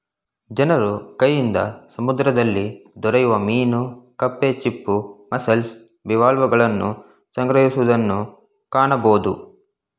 ಜನರು ಕೈಯಿಂದ ಸಮುದ್ರದಲ್ಲಿ ದೊರೆಯುವ ಮೀನು ಕಪ್ಪೆ ಚಿಪ್ಪು, ಮಸ್ಸೆಲ್ಸ್, ಬಿವಾಲ್ವಗಳನ್ನು ಸಂಗ್ರಹಿಸುವುದನ್ನು ಕಾಣಬೋದು